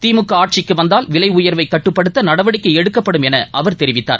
திமுக ஆட்சிக்கு வந்தால் விலை உயர்வை கட்டுப்படுத்த நடவடிக்கை எடுக்கப்படும் என அவர் தெரிவித்தார்